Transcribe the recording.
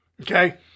Okay